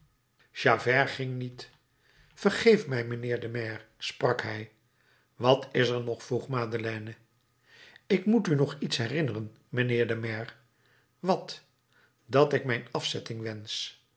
javert ging niet vergeef mij mijnheer de maire sprak hij wat is er nog vroeg madeleine ik moet u nog iets herinneren mijnheer de maire wat dat ik mijne